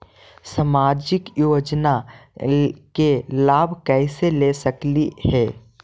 सामाजिक योजना के लाभ कैसे ले सकली हे?